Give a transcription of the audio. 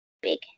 big